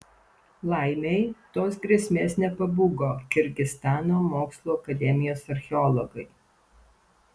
laimei tos grėsmės nepabūgo kirgizstano mokslų akademijos archeologai